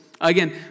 Again